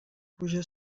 pluja